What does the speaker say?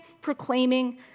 proclaiming